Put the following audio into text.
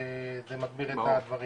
וזה מגביר את הדברים.